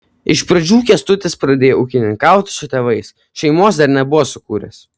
iš pradžių kęstutis pradėjo ūkininkauti su tėvais šeimos dar nebuvo sukūręs